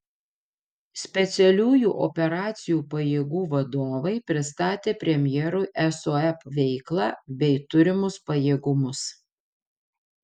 specialiųjų operacijų pajėgų vadovai pristatė premjerui sop veiklą bei turimus pajėgumus